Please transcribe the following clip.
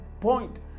point